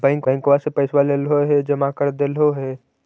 बैंकवा से पैसवा लेलहो है जमा कर देलहो हे?